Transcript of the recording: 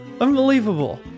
unbelievable